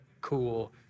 cool